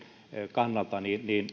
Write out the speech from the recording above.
kannalta